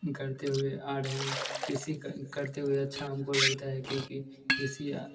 करते हुए आ रहे हैं कृषि करते हुए अच्छा हमको लगता है क्योंकि कृषि